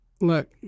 Look